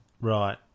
Right